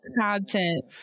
content